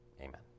Amen